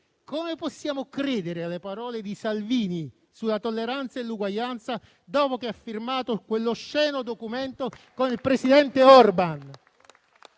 Come possiamo credere alle parole di Salvini sulla tolleranza e l'uguaglianza dopo che ha firmato quell'osceno documento con il presidente Orbán?